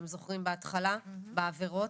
אתם זוכרים בהתחלה בעבירות?